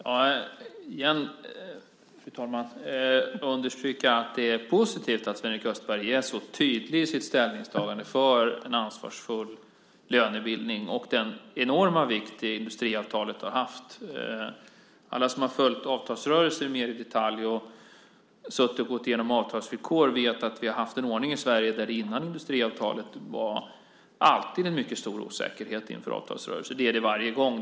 Fru talman! Jag vill återigen understryka att det är positivt att Sven-Erik Österberg är så tydlig i sitt ställningstagande för en ansvarsfull lönebildning och den enorma vikt industriavtalet har haft. Alla som har följt avtalsrörelser mer i detalj och suttit och gått igenom avtalsvillkor vet att vi har haft en ordning i Sverige där det innan industriavtalet alltid var en mycket stor osäkerhet inför avtalsrörelser. Det är det varje gång.